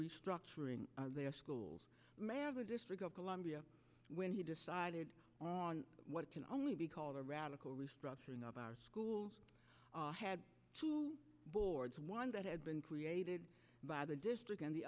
restructuring their schools the district of columbia when he decided on what can only be called a radical restructuring of our schools had two boards one that had been created by the district and the